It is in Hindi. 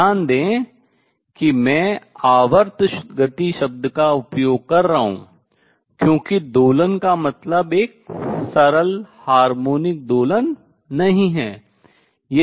ध्यान दे कि मैं आवर्त गति शब्द का उपयोग कर रहा हूँ क्योंकि दोलन का मतलब एक सरल हार्मोनिक दोलन नहीं है